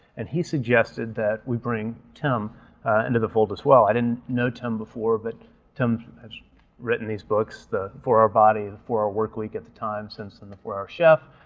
and he suggested that we bring tim ah into the fold as well. i didn't know tim before, but tim has written these books, the four hour body, the four hour workweek at the time, since then the four hour chef,